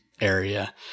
area